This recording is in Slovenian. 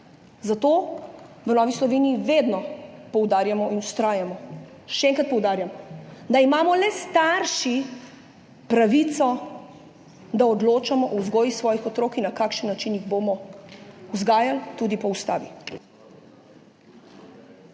Zato v Novi Sloveniji vedno poudarjamo in vztrajamo, še enkrat poudarjam, da imamo le starši pravico, da odločamo o vzgoji svojih otrok in na kakšen način jih bomo vzgajali, tudi po Ustavi.